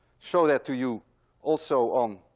show that to you also on